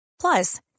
Plus